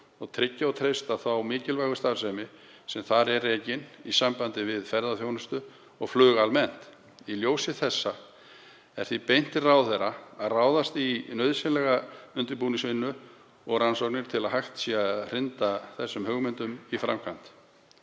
og tryggja og treysta þá mikilvægu starfsemi sem þar er rekin í sambandi við ferðaþjónustu og flug almennt. Í ljósi þessa er því beint til ráðherra að ráðast í nauðsynlega undirbúningsvinnu og rannsóknir til að hægt sé að hrinda þessum hugmyndum í framkvæmd